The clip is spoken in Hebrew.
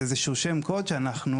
זה איזה שהוא שם קוד שאנחנו,